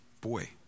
Boy